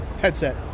headset